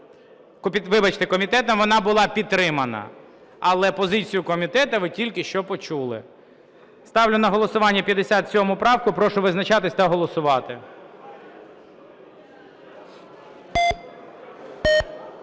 Вибачте, комітетом вона була підтримана, але позицію комітету ви тільки що почули. Ставлю на голосування 57 правку. Прошу визначатися та голосувати.